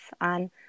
on